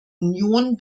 union